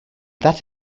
that